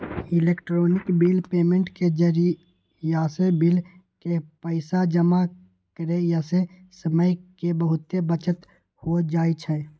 electronic bill payment के जरियासे bill के पइसा जमा करेयसे समय के बहूते बचत हो जाई छै